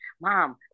mom